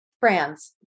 brands